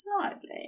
slightly